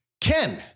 Ken